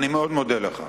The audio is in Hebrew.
אני מאוד מודה לך.